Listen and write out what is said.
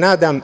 Nadam